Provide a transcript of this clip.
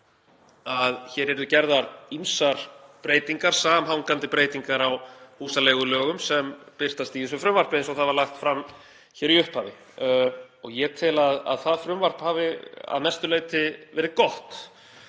að gerðar yrðu ýmsar samhangandi breytingar á húsaleigulögum sem birtast í þessu frumvarpi eins og það var lagt fram í upphafi. Ég tel að það frumvarp hafi að mestu leyti verið gott